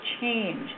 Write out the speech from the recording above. change